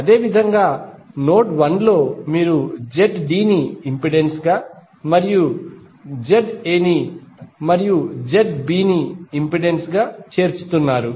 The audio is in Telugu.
అదేవిధంగా నోడ్ 1 లో మీరు ZDని ఇంపెడెన్స్ గా మరియు ZA ని ఇంపెడెన్స్ గా మరియు ZB ని ఇంపెడెన్స్ గా చేర్చుతున్నారు